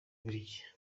bubiligi